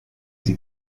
sie